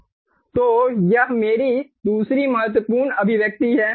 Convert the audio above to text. तो यह मेरी दूसरी महत्वपूर्ण अभिव्यक्ति है